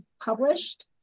published